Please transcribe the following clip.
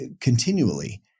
continually